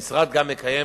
המשרד גם מקיים